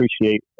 appreciate